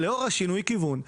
לאור שינוי הכיוון,